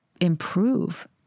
improve